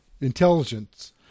intelligence